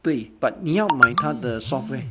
对 but 你要买它的 software